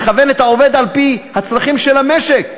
לכוון את העובד על-פי הצרכים של המשק.